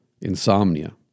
Insomnia